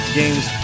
games